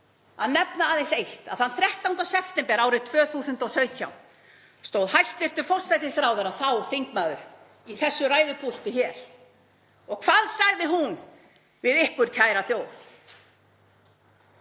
að nefna eitt. Þann 13. september árið 2017 stóð hæstv. forsætisráðherra, þá þingmaður, í þessu ræðupúlti hér og hvað sagði hún við ykkur, kæra þjóð?